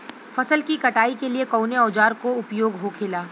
फसल की कटाई के लिए कवने औजार को उपयोग हो खेला?